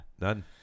None